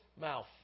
mouth